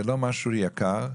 וזה לא משהו יקר,